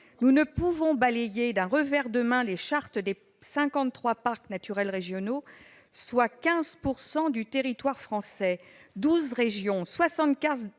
Nous ne pouvons pas balayer d'un revers de main les chartes des 53 parcs naturels régionaux, qui représentent 15 % du territoire français, 12 régions, 74